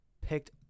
picked